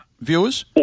viewers